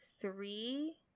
three